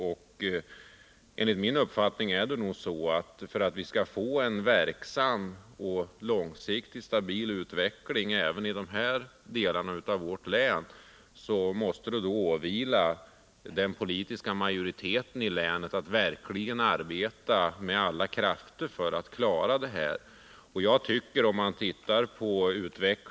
Om vi skall få en långsiktig och stabil utveckling i vårt län måste den politiska majoriteten där av alla krafter arbeta för att åstadkomma detta.